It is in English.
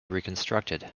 reconstructed